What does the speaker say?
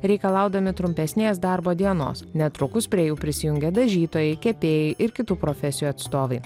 reikalaudami trumpesnės darbo dienos netrukus prie jų prisijungė dažytojai kepėjai ir kitų profesijų atstovai